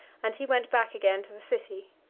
and he went back again to the city.